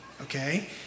okay